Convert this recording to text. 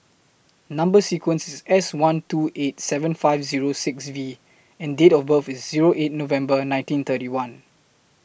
Number sequence IS S one two eight seven five Zero six V and Date of birth IS Zero eight November nineteen thirty one